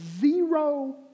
zero